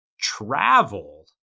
travel